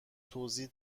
توضیح